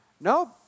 Nope